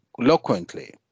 eloquently